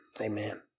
amen